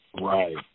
Right